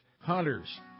hunters